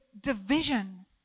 division